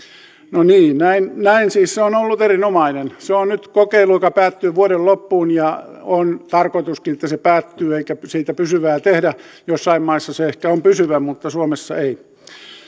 no niin näin näin siis se on ollut erinomainen se on nyt kokeilu joka päättyy vuoden loppuun ja on tarkoituskin että se päättyy eikä siitä pysyvää tehdä joissain maissa se ehkä on pysyvä mutta suomessa ei